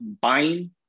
buying